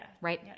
Right